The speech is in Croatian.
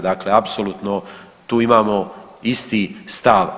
Dakle, apsolutno tu imamo isti stav.